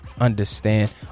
understand